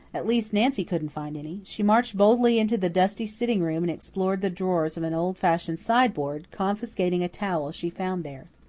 at least, nancy couldn't find any. she marched boldly into the dusty sitting-room and explored the drawers of an old-fashioned sideboard, confiscating a towel she found there.